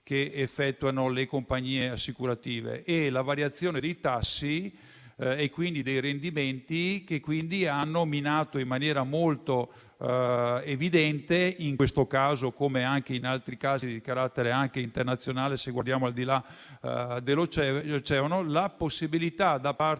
effettuati dalle compagnie assicurative. La variazione dei tassi e quindi dei rendimenti ha minato in maniera molto evidente, in questo come anche in altri casi di carattere internazionale (se guardiamo al di là dell'oceano), la possibilità da parte